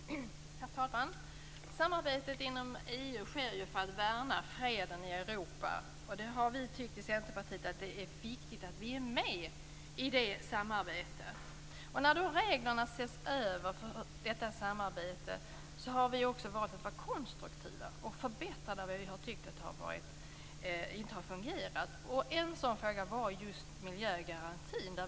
Herr talman! Samarbetet inom EU sker ju för att värna freden i Europa. Vi i Centerpartiet har tyckt att det är viktigt att vi är med i det samarbetet. När nu reglerna för detta samarbete ses över har vi valt att vara konstruktiva och förbättra där vi har tyckt att det inte har fungerat. En sådan fråga var just miljögarantin.